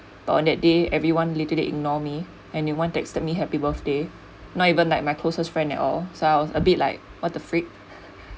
but on that day everyone literally ignore me and no one texted me happy birthday not even my closest friend at all so I was a bit like what the freak